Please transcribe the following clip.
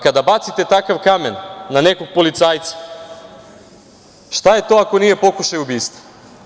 Kada bacite takav kamen na nekog policajca, šta je to ako nije pokušaj ubistva?